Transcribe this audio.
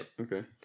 Okay